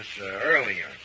earlier